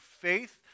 faith